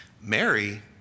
Mary